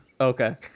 Okay